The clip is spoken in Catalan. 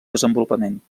desenvolupament